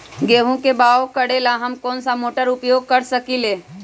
गेंहू के बाओ करेला हम कौन सा मोटर उपयोग कर सकींले?